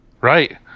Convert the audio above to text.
Right